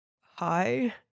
Hi